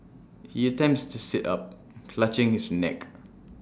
he attempts to sit up clutching his neck